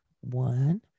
One